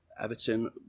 Everton